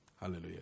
Hallelujah